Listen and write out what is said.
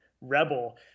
rebel